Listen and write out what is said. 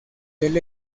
del